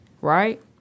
right